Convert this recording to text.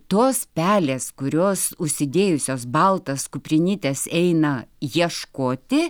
tos pelės kurios užsidėjusios baltas kuprinytes eina ieškoti